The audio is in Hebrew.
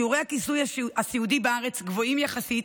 שיעורי הכיסוי הסיעודי בארץ גבוהים יחסית,